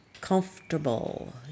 comfortable